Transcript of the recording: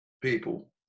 people